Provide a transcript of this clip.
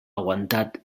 aguantat